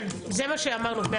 כן, זה מה שאמרנו.